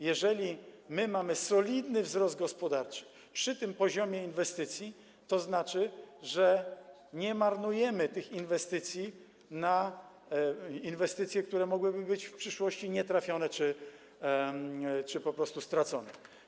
Jeżeli mamy solidny wzrost gospodarczy przy tym poziomie inwestycji, to oznacza, że nie marnujemy tych inwestycji na inwestycje, które mogłyby być w przyszłości nietrafione czy po prostu stracone.